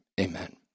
Amen